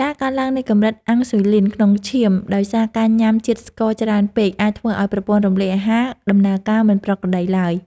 ការកើនឡើងនៃកម្រិតអាំងស៊ុយលីនក្នុងឈាមដោយសារការញ៉ាំជាតិស្ករច្រើនពេកអាចធ្វើឲ្យប្រព័ន្ធរំលាយអាហារដំណើរការមិនប្រក្រតីឡើយ។